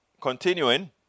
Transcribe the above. continuing